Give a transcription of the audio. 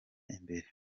imbere